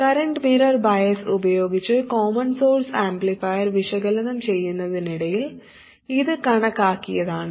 current mirror bias ഉപയോഗിച്ച് common source amplifier വിശകലനം ചെയ്യുന്നതിനിടയിൽ ഇത് കണക്കാക്കിയതാണ്